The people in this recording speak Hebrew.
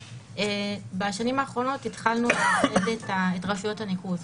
בשנים האחרונות התחלנו לאחד את רשויות הניקוז.